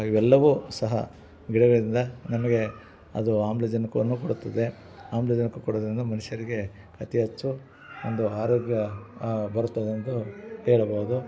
ಇವೆಲ್ಲವೂ ಸಹ ಗಿಡಗಳಿಂದ ನಮಗೆ ಅದು ಆಮ್ಲಜನಕವನ್ನು ಕೊಡುತ್ತದೆ ಆಮ್ಲಜನಕ ಕೊಡುವುದರಿಂದ ಮನುಷ್ಯರಿಗೆ ಅತಿ ಹೆಚ್ಚು ಒಂದು ಆರೋಗ್ಯ ಬರುತ್ತದೆ ಎಂದು ಹೇಳಬಹುದು